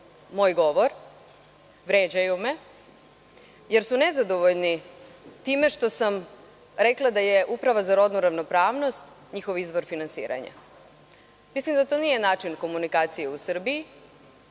moj govor, vređaju me, jer su nezadovoljni time što sam rekla da je Uprava za rodnu ravnopravnost njihov izvor finansiranja. Mislim da to nije način komunikacije u Srbiji.